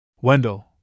Wendell